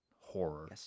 horror